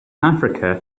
africa